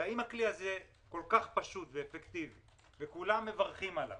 הרי אם הכלי הזה כל כך פשוט ואפקטיבי וכולם מברכים עליו,